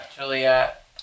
Juliet